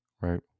Right